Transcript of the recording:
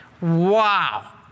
Wow